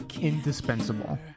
indispensable